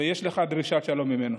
ויש לך דרישת שלום ממנו.